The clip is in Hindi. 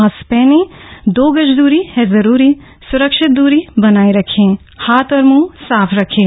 मास्क पहनें दो गज दूरी है जरूरी सुरक्षित दूरी बनाए रखें हाथ और मुंह साफ रखें